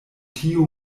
tiu